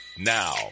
Now